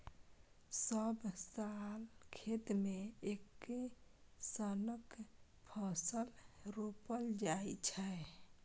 सब साल खेत मे एक्के सनक फसल रोपल जाइ छै